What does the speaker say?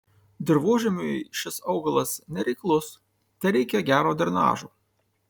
dirvožemiui šis augalas nereiklus tereikia gero drenažo